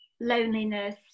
loneliness